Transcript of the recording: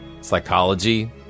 psychology